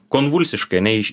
konvulsiškai ane iš